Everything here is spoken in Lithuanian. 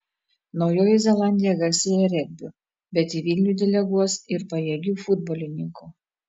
naujoji zelandija garsėja regbiu bet į vilnių deleguos ir pajėgių futbolininkų